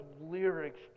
lyrics